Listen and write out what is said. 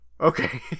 Okay